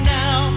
now